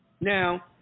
Now